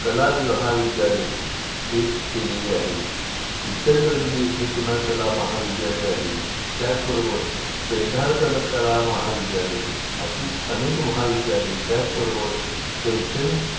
कला वि महाविद्यालये हे केलेली आहे इचलकरंजी येथे पुन्हा कला महाविद्यालय आहे त्याचबरोबर पेंढारकर कला महाविद्यालय अशी अनेक महाविद्यालयं त्याचबरोबर शैक्षणिक